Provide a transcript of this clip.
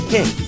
King